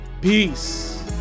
Peace